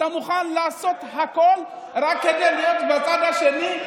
אתה מוכן לעשות הכול רק כדי להיות בצד השני?